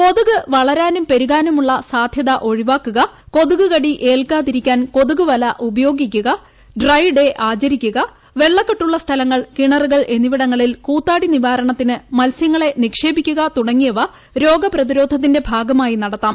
കൊതുക് വളരാനും പെരുകാനുമുള്ള ഒഴിവാക്കുക സാന്യത കൊതുകുകടി ഏൽക്കാതിരിക്കാൻ കൊതുകുവല ഉപയോഗിക്കുക ഡ്രൈഡേ ആചരിക്കുക വെള്ളക്കെട്ടുള്ള സ്ഥലങ്ങൾ കിണറുകൾ എന്നിവിടങ്ങളിൽ കൂത്താടി നിവാരണത്തിന് മൽസ്യങ്ങളെ നിക്ഷേപിക്കുക തുടങ്ങിയവ ഭാഗമായി നടത്താം